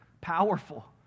powerful